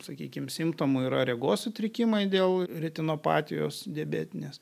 sakykim simptomų yra regos sutrikimai dėl retinopatijos diabetinės